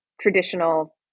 traditional